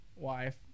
wife